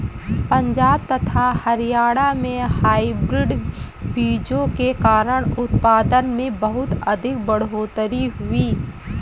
पंजाब तथा हरियाणा में हाइब्रिड बीजों के कारण उत्पादन में बहुत अधिक बढ़ोतरी हुई